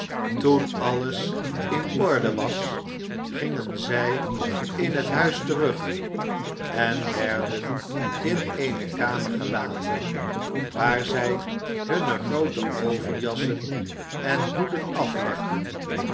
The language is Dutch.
toen alles in orde was gingen i zij in het huis terug en werden in eene kamer j gelaten waar zij hunne groote overjassen en hoeden aflegden